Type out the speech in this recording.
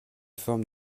forme